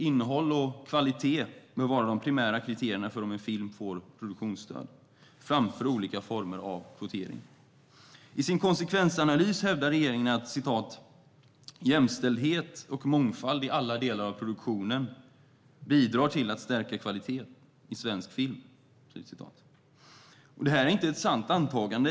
Innehåll och kvalitet bör vara de primära kriterierna för om en film får produktionsstöd, framför olika former av kvotering. I sin konsekvensanalys hävdar regeringen att "jämställdhet och mångfald i alla delar av produktionen bidrar till att stärka kvaliteten i svensk film". Det här är inte ett sant antagande.